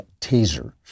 Taser